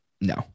no